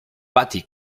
patty